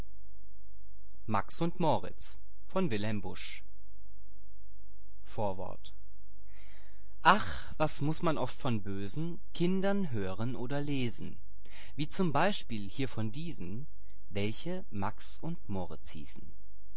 vorwort ach was muß man oft von bösen kindern hören oder lesen wie zum beispiel hier von diesen illustration max und moritz welche max und moritz hießen